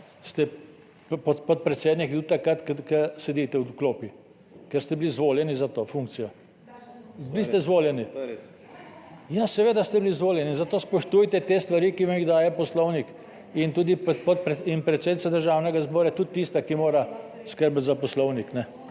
ste, podpredsednik je bil takrat, ko sedite v klopi, ker ste bili izvoljeni za to funkcijo. Bili ste izvoljeni. / nemir v dvorani/ Ja seveda ste bili izvoljeni in zato spoštujte te stvari, ki vam jih daje Poslovnik in tudi predsednica Državnega zbora je tudi tista, ki mora skrbeti za Poslovnik,